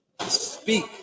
speak